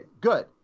good